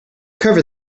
cover